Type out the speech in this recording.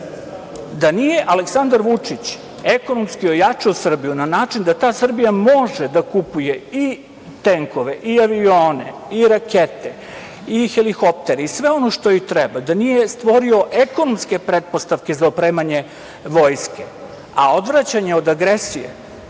nije Aleksandar Vučić ekonomski ojačao Srbiju na način da ta Srbija može da kupuje i tenkove i avione i rakete i helikoptere i sve ono što joj treba, da nije stvorio ekonomske pretpostavke za opremanje vojske, a odvraćanje od agresije